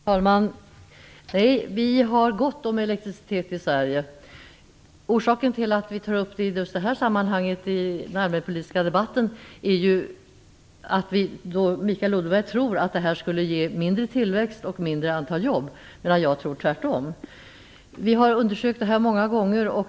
Fru talman! Nej, vi har gott om elektricitet i Sverige. Orsaken till att jag tar upp frågan om kärnkraftens avveckling i det här sammanhanget är att Mikael Odenberg tror att det skulle ge mindre tillväxt och ett mindre antal jobb, medan jag tror tvärtom. Vi har undersökt det här många gånger.